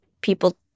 people